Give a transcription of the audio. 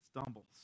stumbles